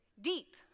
deep